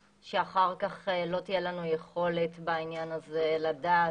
שאחר כך לא תהיה לנו יכולת בעניין הזה לדעת